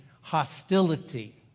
hostility